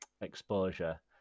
exposure